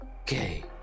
Okay